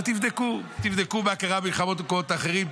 ותבדקו, תבדקו מה קרה במלחמות במקומות אחרים.